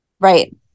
Right